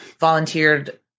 volunteered